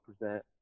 present